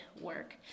work